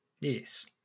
Yes